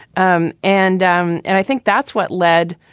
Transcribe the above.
um and um and i think that's what led,